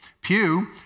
pew